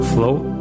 Float